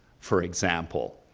for example.